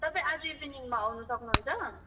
तपाईँ आज इभिनिङमा आउन सक्नुहुन्छ